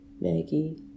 Maggie